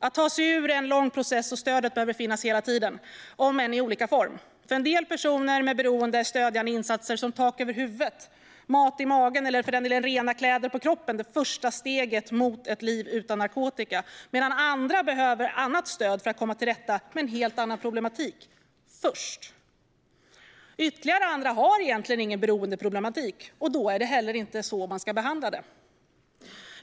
Att ta sig ur beroendet är en lång process, och stödet behöver finnas hela tiden, om än i olika former. För en del personer med beroende är stödjande insatser som tak över huvudet, mat i magen och rena kläder på kroppen det första steget mot ett liv utan narkotika, medan andra behöver annat stöd för att komma till rätta med en helt annan problematik först. Ytterligare andra har egentligen ingen beroendeproblematik, och då är det inte heller så man ska behandla det.